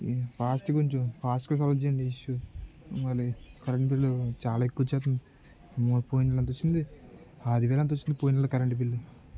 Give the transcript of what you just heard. fast కొంచం ఫాస్ట్గా solve చేయండి ఇష్యూ మళ్ళీ కరెంట్ బిల్లు చాలా ఎక్కువ వస్తుంది అమ్మో పోయిన నెల అంత వచ్చింది ఆరు వేలు అంత వచ్చింది పోయిన నెల కరెంటు బిల్లు